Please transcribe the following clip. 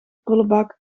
prullenbak